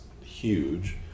huge